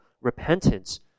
repentance